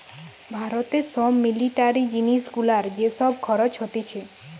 ভারতে সব মিলিটারি জিনিস গুলার যে সব খরচ হতিছে